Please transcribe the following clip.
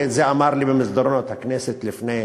ואת זה אמר לי במסדרונות הכנסת לפני